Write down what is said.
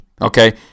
okay